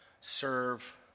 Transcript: serve